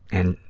and